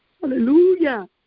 Hallelujah